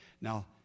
Now